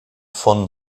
von